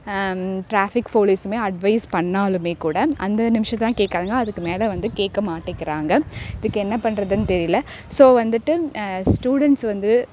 traffic போலீஸும் advice பண்ணாலும் கூட அந்த நிமிடம் தான் கேட்குறாங்க அதுக்குமேலே வந்து கேட்கமாட்டிங்குறாங்க இதுக்கு என்ன பண்ணுறதுன்னு தெரியல ஸோ வந்துட்டு ஸ்டூடெண்ட்ஸ் வந்து